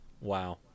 Wow